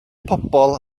pobl